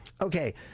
Okay